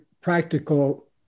practical